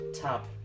Top